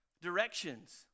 directions